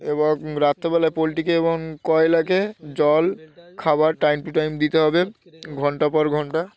এবং রাত্রেবেলায় পোলট্রিকে এবং কয়লাকে জল খাবার টাইম টু টাইম দিতে হবে ঘণ্টা পর ঘণ্টা